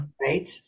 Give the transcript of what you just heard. Right